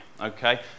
Okay